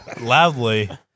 Loudly